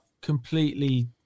completely